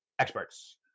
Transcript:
experts